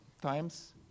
times